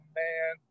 man